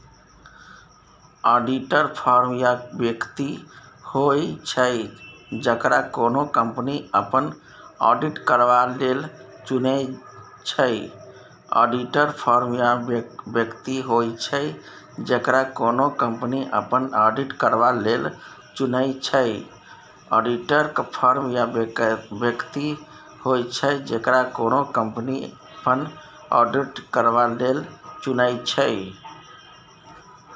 auditor firm या बेकती होइ छै जकरा कोनो कंपनी अपन आडिट करबा लेल चुनै छै